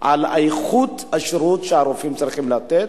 על איכות השירות שהרופאים צריכים לתת,